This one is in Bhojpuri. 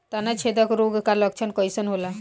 तना छेदक रोग का लक्षण कइसन होला?